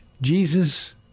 Jesus